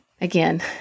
Again